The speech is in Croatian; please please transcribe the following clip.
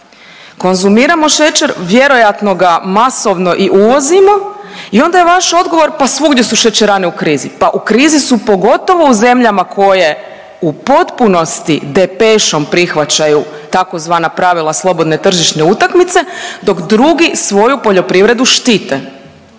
Konzumiramo šećer, vjerojatno ga masovno i uvozimo i onda je vaš odgovor, pa svugdje su šećerane u krizi. Pa u krizi su pogotovo u zemljama koje u potpunosti depešom prihvaćaju tzv. pravila slobodne tržišne utakmice dok drugi svoju poljoprivredu štite.